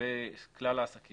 לגבי כלל העסקים